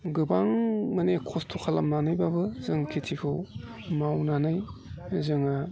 गोबां माने खस्त' खालामनानैबाबो जों खेतिखौ मावनानै जोङो